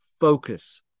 focus